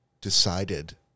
decided